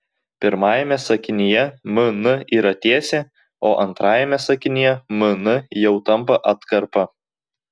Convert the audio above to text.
pirmajame sakinyje mn yra tiesė o antrajame sakinyje mn jau tampa atkarpa